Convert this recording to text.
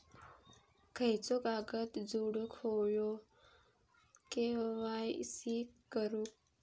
खयचो कागद जोडुक होयो के.वाय.सी करूक?